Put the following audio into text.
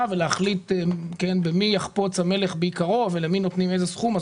ולהחליט במי יחפוץ המלך ביקרו ולמי נותנים ואיזה סכום.